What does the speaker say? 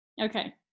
Okay